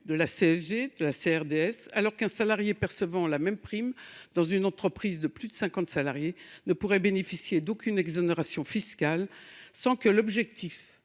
de la CSG et de la CRDS »,« alors qu’un salarié percevant la même prime dans une entreprise de plus de 50 salariés ne pourrait bénéficier d’aucune exonération fiscale, sans que l’objectif